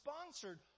sponsored